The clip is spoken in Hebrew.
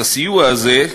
את הסיוע הזה,